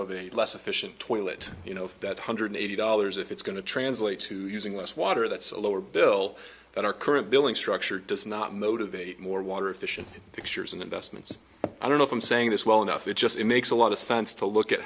of a less efficient toilet you know that hundred eighty dollars if it's going to translate to using less water that's a lower bill than our current billing structure does not motivate more water efficient fixtures and investments i don't know if i'm saying this well enough it just makes a lot of sense to look at